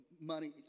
money